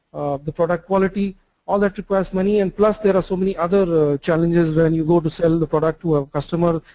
the product quality all that request many and plus there are so many other challenges when you go to sell the product to a customer.